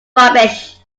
rubbish